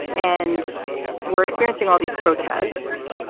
and we're experiencing all these protests.